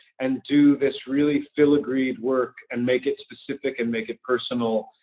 and do this really filigreed work, and make it specific, and make it personal,